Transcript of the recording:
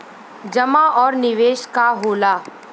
जमा और निवेश का होला?